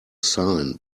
sign